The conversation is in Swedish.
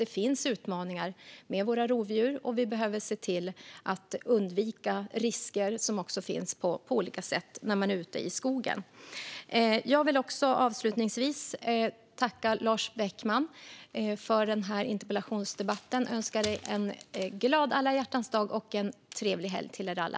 Det finns utmaningar med våra rovdjur, och vi behöver se till att undvika risker som finns på olika sätt när man är ute i skogen. Jag vill avslutningsvis tacka Lars Beckman för denna interpellationsdebatt och önska en glad alla hjärtans dag och en trevlig helg till er alla.